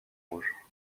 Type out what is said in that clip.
rouges